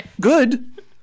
Good